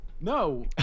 No